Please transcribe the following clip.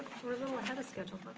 little ahead of schedule.